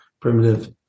primitive